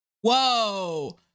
Whoa